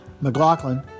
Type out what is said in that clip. McLaughlin